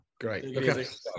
Great